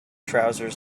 trousers